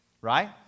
Right